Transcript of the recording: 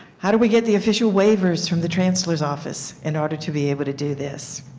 how do we get the official waivers from the chancellor's office in order to be able to do this?